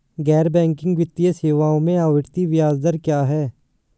गैर बैंकिंग वित्तीय सेवाओं में आवर्ती ब्याज दर क्या है?